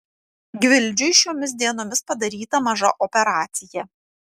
gvildžiui šiomis dienomis padaryta maža operacija